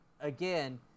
again